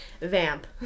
vamp